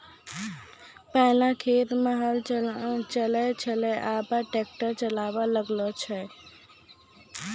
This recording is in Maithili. पहिलै खेत मे हल चलै छलै आबा ट्रैक्टर चालाबा लागलै छै